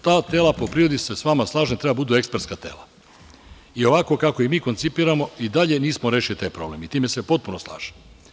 Ta tela po prirodi se sa vama slažem da treba da budu ekspertska tela, i ovako kako ih mi koncipiramo, i dalje nismo rešili taj problem i sa time se potpuno slažem.